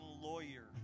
lawyer